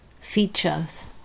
features